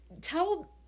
Tell